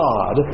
God